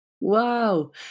Wow